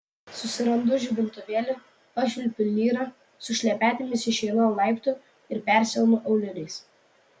susirandu žibintuvėlį pašvilpiu lyrą su šlepetėmis išeinu ant laiptų ir persiaunu auliniais